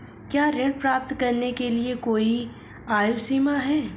क्या ऋण प्राप्त करने के लिए कोई आयु सीमा है?